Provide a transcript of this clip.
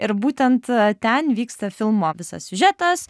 ir būtent ten vyksta filmo visas siužetas